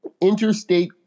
Interstate